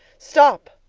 stop!